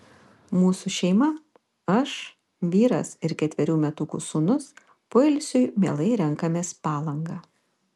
mūsų šeima aš vyras ir ketverių metukų sūnus poilsiui mielai renkamės palangą